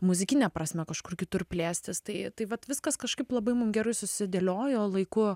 muzikine prasme kažkur kitur plėstis tai tai vat viskas kažkaip labai mum gerai susidėliojo laiku